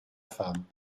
femme